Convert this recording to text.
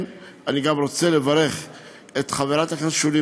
אני גם רוצה לברך את חברת הכנסת שולי